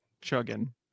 chugging